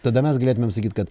tada mes galėtumėm sakyti kad